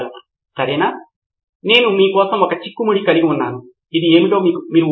కాబట్టి విద్యార్థులు టెక్ లేదా టీచర్ లేదా రెండింటితో బాగా ప్రావీణ్యం కలిగి ఉండాలి కనుక ఇది మీ కోసం ఒక ప్రాథమిక అవసరం